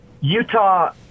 Utah